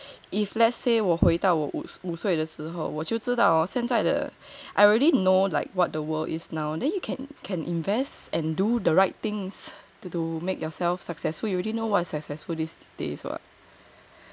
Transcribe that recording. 对 like if let's say 我回到我五岁的时候我就知道现在 I already know like what the world is now and then you can can invest and do the right things to do make yourself successful you already know what is successful these days [what]